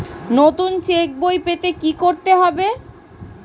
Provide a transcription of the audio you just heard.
নতুন চেক বই পেতে কী করতে হবে?